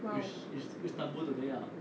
!wow!